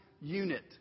unit